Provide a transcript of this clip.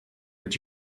but